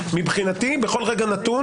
מבחינתי, בכל רגע נתון